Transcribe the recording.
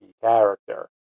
character